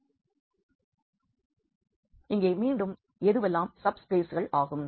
எனவே இங்கே மீண்டும் இதுவெல்லாம் சப்ஸ்பேஸ்கள் ஆகும்